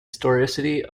historicity